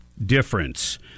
Difference